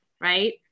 Right